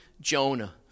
Jonah